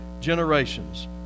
generations